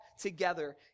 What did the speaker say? together